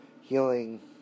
healing